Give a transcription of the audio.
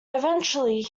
eventually